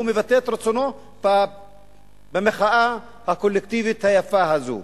והוא מבטא את רצונו במחאה הקולקטיבית היפה הזאת.